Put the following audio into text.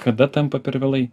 kada tampa per vėlai